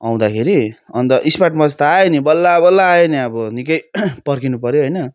आउँदाखेरि अन्त smart watch त आयो नि बल्ल बल्ल आयो नि अब निकै पर्खिनु पऱ्यो होइन